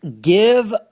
give